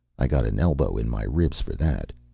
i got an elbow in my ribs for that.